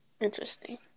Interesting